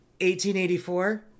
1884